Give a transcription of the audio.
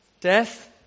death